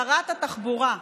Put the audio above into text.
שרת התחבורה?